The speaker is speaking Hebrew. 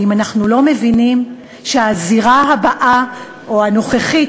האם אנחנו לא מבינים שהזירה הבאה או הנוכחית